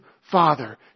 Father